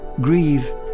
grieve